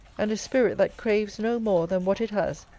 and a spirit that craves no more than what it has,